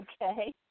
okay